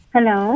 Hello